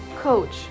coach